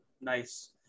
Nice